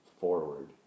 forward